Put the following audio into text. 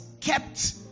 kept